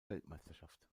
weltmeisterschaft